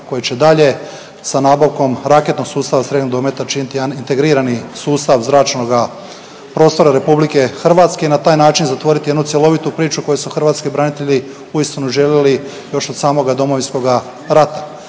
koji će dalje sa nabavkom raketnog sustava srednjeg dometa činiti jedan integrirani sustav zračnoga prostora Republike Hrvatske i na taj način zatvoriti jednu cjelovitu priču koju su hrvatski branitelji uistinu želili još od samoga Domovinskoga rata.